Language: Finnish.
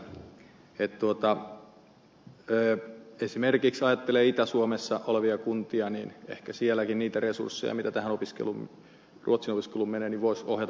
esimerkiksi kun ajattelee itä suomessa olevia kuntia niin ehkä sielläkin niitä resursseja joita tähän ruotsin opiskeluun menee voisi ohjata vaikka venäjän opiskeluun